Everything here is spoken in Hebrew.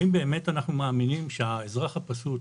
האם באמת אנחנו מאמינים שהאזרח הפשוט,